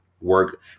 work